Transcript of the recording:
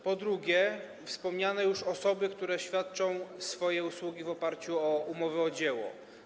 Ponadto chodzi o wspomniane już osoby, które świadczą swoje usługi w oparciu o umowy o dzieło.